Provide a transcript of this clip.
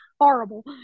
Horrible